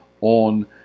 on